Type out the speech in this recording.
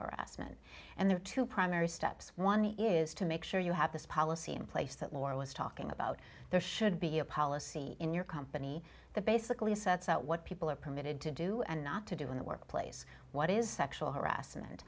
harassment and there are two primary steps one is to make sure you have this policy in place that laura was talking about there should be a policy in your company the basically sets out what people are permitted to do and not to do in the workplace what is sexual harassment